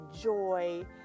joy